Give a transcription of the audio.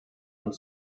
und